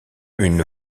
une